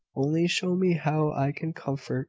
only show me how i can comfort